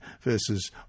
verses